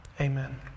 Amen